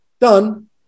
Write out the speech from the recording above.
done